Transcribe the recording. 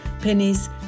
pennies